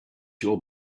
your